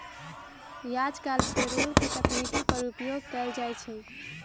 याजकाल पेरोल के तकनीक पर उपयोग कएल जाइ छइ